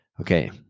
Okay